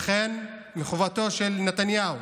לכן מחובתו של נתניהו